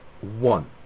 One